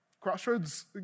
Crossroads